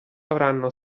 avranno